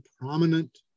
prominent